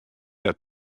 dat